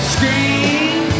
Scream